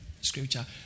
scripture